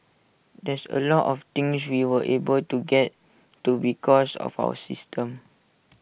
there's A lot of things we were able to get to because of our system